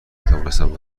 نتوانستم